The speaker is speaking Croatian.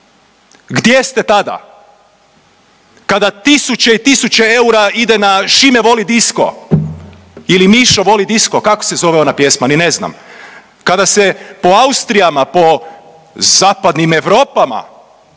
gdje ste tada kada tisuće i tisuće eura ide na Šime voli disco ili Mišo voli disco kako se zove ona pjesma ni ne zna, kada se po austrijama po zapadnim europama